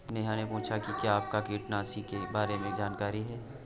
नेहा ने पूछा कि क्या आपको कीटनाशी के बारे में जानकारी है?